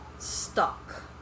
Stuck